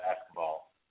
basketball